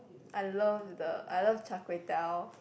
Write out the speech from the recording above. I love the I love Char-Kway-Teow